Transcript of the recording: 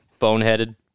Boneheaded